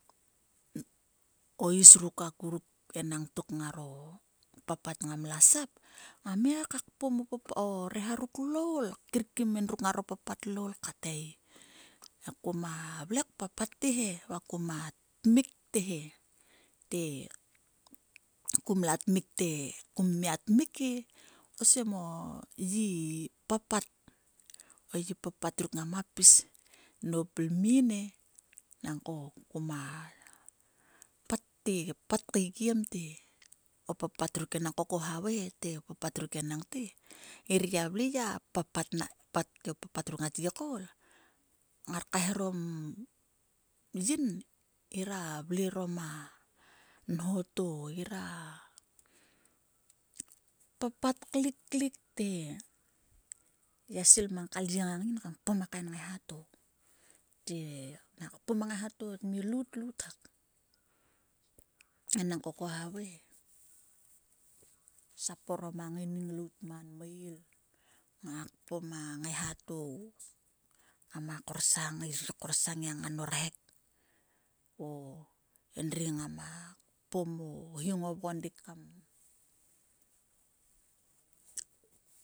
Is ruk akuruk evangtok ngaro papat ngam la sap ngam ngai ka kpom o reha ruk loul kir kim endruk ngaro papat loul kat ei. He koma vle kpapat te we kama tmik te he te kum la tmik te kum mia tmik e. Osem o gi papat. o gi papat ruk ngam gia pis nop lmin e. Nang ko kuma pat te kpat kaikiem te o papat ruk te enang ka havai he te o papat ruk enangte gia vle gia papat gia koul kaeherom yin ngira vle orom a nho to ngira papat klik klik te ya svil mang ka lyie ngang yin kam kpom a kain ngaiha tote nak kpom a ngai ha to tmi lout lout hak enangk khavai he. Sap orom a ngaining lout man mail. Ngaik kpom a nghaiha to ngama korsong gia ngan o rhek o endri ngama kpom o hi ngo vgondik kam